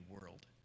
world